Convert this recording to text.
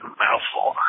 mouthful